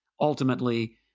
ultimately